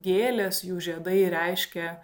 gėlės jų žiedai reiškia